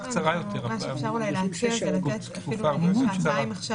מה שאפשר אולי להציע זה לתת אפילו שעתיים עכשיו,